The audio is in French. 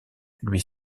lui